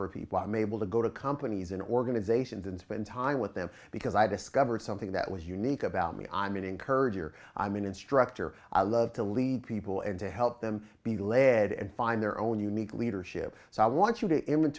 for people i'm able to go to companies and organizations and spend time with them because i discovered something that was unique about me i'm encouraging or i'm an instructor i love to lead people and to help them be led and find their own unique leadership so i want you to him and